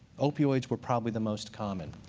opioids were probably the most common.